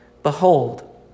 Behold